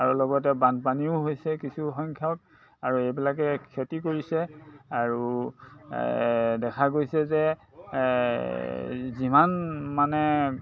আৰু লগতে বানপানীও হৈছে কিছু সংখ্যক আৰু এইবিলাকে খেতি কৰিছে আৰু দেখা গৈছে যে যিমান মানে